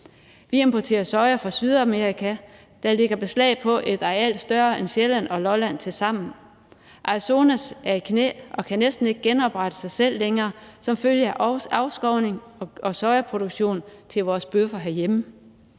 Vi importerer soja fra Sydamerika, der lægger beslag på et areal større end Sjælland og Lolland tilsammen. Amazonas er i knæ og kan næsten ikke længere genoprette sig selv som følge af afskovning og sojaproduktion til vores bøffer herhjemme.